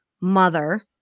mother